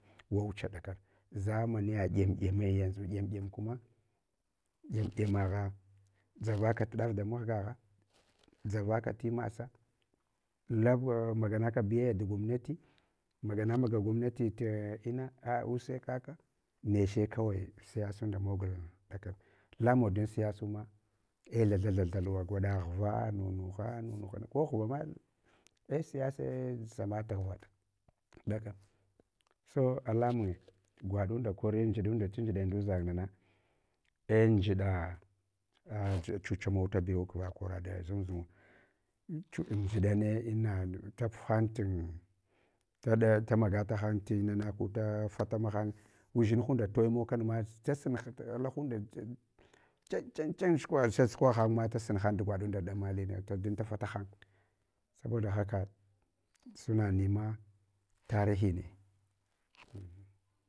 Wwuha ɗakana, zamaniya ɗyan ɗyame yanʒu. Dyamdyam kuma dyamdyama gha dʒavakat ɗaf damuh gagha, dʒavaka tima sa, lab maganaka biyaya dugwamnati, maga na magu gwamnati tina, a use kaka, neche kawai, siyasunda mogul dakana, lamawa dan siyasuma, ei thathathatha luwa, gwaɗa ghva numuha, numuhana ko ghvama ai siyase sanga ta ghva ɗakana. So alamunye gwaɗunda kori njiɗunda lan tiɗaya nchuzang hana ei ngiɗa chuchamata bewa, va keraɗa zungzunga. Chu njiɗana ina taf han tin taɗaya tamagatahan tinana koda fata mahan udʒinhunda toimau kanama, dasun ha alahunda chan, chan, chan, shukwagha sukwagha da sukwagahenma dasun han rugwaɗunda tɗamalina don tafataham. Saboda haka suna nema tarihine.